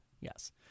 Yes